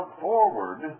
forward